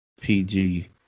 PG